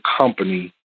Company